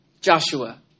Joshua